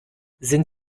sind